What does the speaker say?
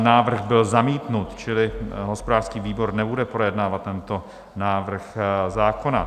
Návrh byl zamítnut, čili hospodářský výbor nebude projednávat tento návrh zákona.